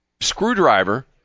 screwdriver